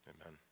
Amen